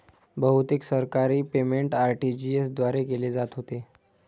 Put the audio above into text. बहुतेक सरकारी payment RTGS द्वारे केले जात होते